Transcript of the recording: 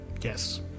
Yes